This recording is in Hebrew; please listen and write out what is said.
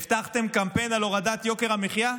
הבטחתם קמפיין על הורדת יוקר המחיה,